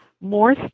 more